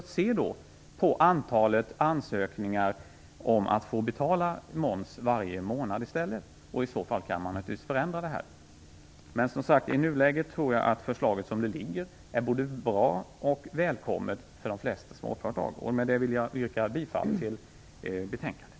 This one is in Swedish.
Det kommer vi att se på antalet ansökningar om att i stället få betala moms varje månad, och i så fall kan man naturligtvis förändra systemet. Men i nuläget tror jag att förslaget som det ligger är både bra och välkommet för de flesta småföretag. Med detta vill jag yrka bifall till utskottets hemställan.